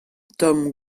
tomm